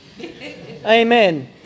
Amen